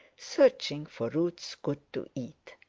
searching for roots good to eat.